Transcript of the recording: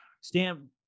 Stan